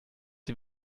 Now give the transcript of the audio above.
sie